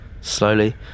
Slowly